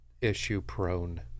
issue-prone